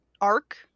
arc